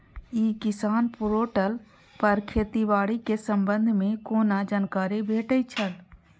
ई किसान पोर्टल पर खेती बाड़ी के संबंध में कोना जानकारी भेटय छल?